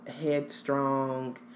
headstrong